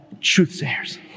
truthsayers